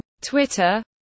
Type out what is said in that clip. twitter